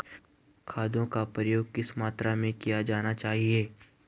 खादों का प्रयोग किस मात्रा में किया जाना चाहिए?